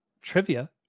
trivia